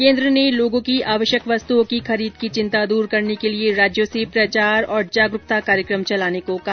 केन्द्र ने लोगों की आवश्यक वस्तुओं की खरीद की चिंता दूर करने के लिए राज्यों से प्रचार और जागरूकता कार्यक्रम चलाने को कहा